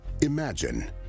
Imagine